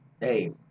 Hey